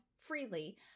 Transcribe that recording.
freely